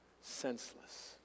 senseless